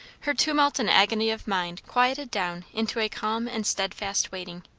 her tumult and agony of mind quieted down into a calm and steadfast waiting.